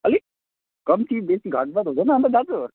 अलिक कम्ती बेसी घटबड हुँदैन अनि त दाजु